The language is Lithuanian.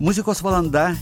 muzikos valanda